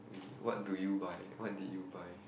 what do you buy what did you buy